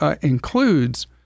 includes